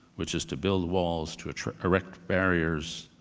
which is to build walls, to to erect barriers,